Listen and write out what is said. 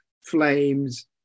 flames